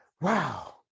Wow